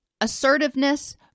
assertiveness